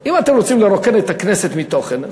אם אתם רוצים לרוקן את הכנסת מתוכן,